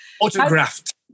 Autographed